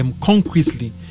concretely